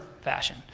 fashion